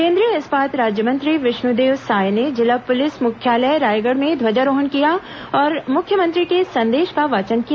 केन्द्रीय इस्पात राज्यमंत्री विष्णुदेव साय ने जिला मुख्यालय रायगढ़ में ध्वजारोहण किया और मुख्यमंत्री के संदेश का वाचन किया